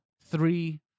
three